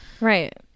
Right